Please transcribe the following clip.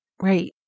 right